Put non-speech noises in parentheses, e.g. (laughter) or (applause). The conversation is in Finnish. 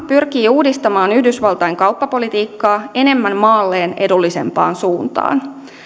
(unintelligible) pyrkii uudistamaan yhdysvaltain kauppapolitiikkaa enemmän maalleen edullisempaan suuntaan